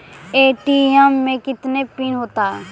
ATM मे कितने pin होता हैं?